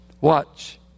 Watch